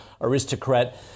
Aristocrat